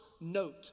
note